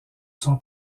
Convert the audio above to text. son